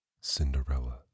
Cinderella